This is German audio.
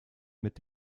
mit